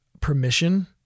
permission